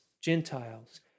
Gentiles